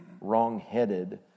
wrongheaded